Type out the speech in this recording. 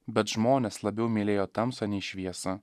bet žmonės labiau mylėjo tamsą nei šviesą